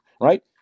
right